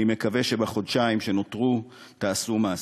אני מקווה שבחודשיים שנותרו תעשו מעשה.